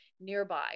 nearby